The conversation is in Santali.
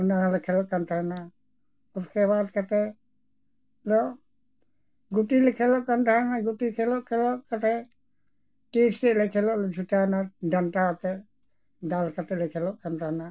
ᱚᱱᱟ ᱦᱚᱸᱞᱮ ᱠᱷᱮᱞᱳᱜ ᱠᱟᱱ ᱛᱟᱦᱮᱱᱟ ᱩᱥᱠᱮ ᱵᱟᱫ ᱠᱟᱛᱮ ᱫᱚ ᱜᱩᱴᱤ ᱞᱮ ᱠᱷᱮᱞᱳᱜ ᱠᱟᱱ ᱛᱟᱦᱮᱱᱟ ᱜᱩᱴᱤ ᱠᱷᱮᱞᱳᱜ ᱠᱷᱮᱞᱚᱜ ᱠᱟᱛᱮ ᱴᱤᱨ ᱥᱮᱫ ᱞᱮ ᱥᱮᱞᱚᱜ ᱞᱮ ᱪᱷᱩᱴᱟᱭᱮᱱᱟ ᱡᱟᱱᱴᱟ ᱟᱛᱮᱫ ᱫᱟᱞ ᱠᱟᱛᱮ ᱞᱮ ᱠᱷᱮᱞᱳᱜ ᱠᱟᱱ ᱛᱟᱦᱮᱱᱟ